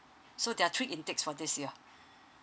so there are three intakes for this year